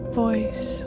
voice